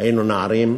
היינו נערים.